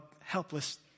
helpless